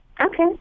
Okay